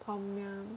tom yum